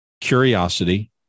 curiosity